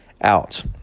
out